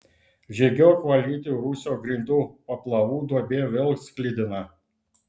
žygiuok valyti rūsio grindų paplavų duobė vėl sklidina